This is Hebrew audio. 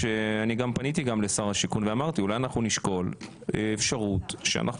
פניתי גם לשר השיכון ואמרתי שאולי אנחנו נשקול אפשרות שאנחנו